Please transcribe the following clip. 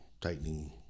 tightening